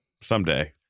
someday